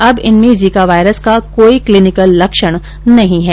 अब इनमे Zika virus का कोई क्लिनिकल लक्षण नहीं है